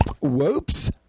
Whoops